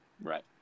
Right